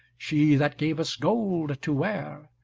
she that gave us gold to ware.